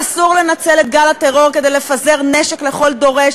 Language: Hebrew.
אסור לנצל את גל הטרור כדי לפזר נשק לכל דורש